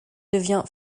devient